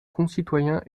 concitoyens